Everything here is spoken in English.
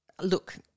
look